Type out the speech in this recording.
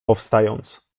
powstając